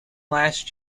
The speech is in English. last